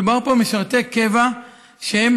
מדובר פה על משרתי קבע שהם